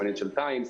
ב-Financial Times.